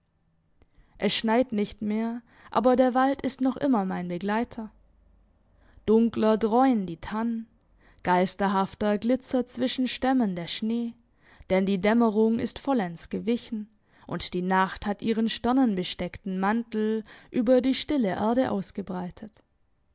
es schneit nicht mehr aber der wald ist noch immer mein begleiter dunkler dräuen die tannen geisterhafter glitzert zwischen stämmen der schnee denn die dämmerung ist vollends gewichen und die nacht hat ihren sternenbesteckten mantel über die stille erde ausgebreitet